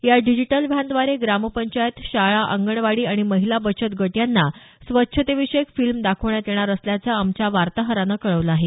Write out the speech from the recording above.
या डिजिटल व्हॅनद्वारे ग्राम पंचायत शाळा अंगणवाडी आणि महिला बचत गट यांना स्वच्छते विषयक फिल्म दाखविण्यात येणार असल्याचं आमच्या वार्ताहरानं कळवलं आहे